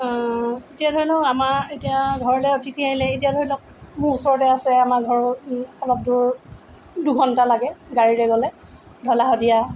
এতিয়া ধৰি লওক আমাৰ এতিয়া ঘৰলৈ অতিথি আহিলে এতিয়া ধৰি লওক মোৰ ওচৰতে আছে আমাৰ ঘৰৰ অলপ দূৰ দুঘণ্টা লাগে গাড়ীৰে গ'লে ঢলা শদিয়া